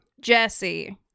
Jesse